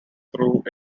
through